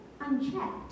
unchecked